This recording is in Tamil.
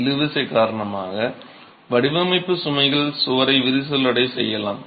இழுவிசை காரணமாக வடிவமைப்பு சுமைகள் சுவரை விரிசல் அடையச் செய்யலாம்